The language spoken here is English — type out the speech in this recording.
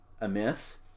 amiss